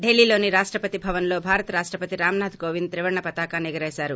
ఢిల్లీలోని రాష్టపతి భవన్లో భారత రాష్టపతి రామ్నాథ్ కోవింద్ త్రివర్ణ పతాకాన్పి ఎగరేశారు